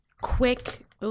quick